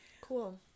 Cool